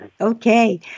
Okay